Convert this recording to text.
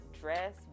dress